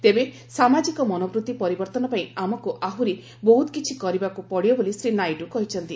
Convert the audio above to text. ତେବେ ସାମାଜିକ ମନବୃତ୍ତି ପରିବର୍ତ୍ତନ ପାଇଁ ଆମକୁ ଆହୁରି ବହୁତକିଛି କରିବାକୁ ପଡିବ ବୋଲି ଶ୍ରୀ ନାଇଡୁ କହିଛନ୍ତି